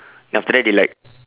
then after that they like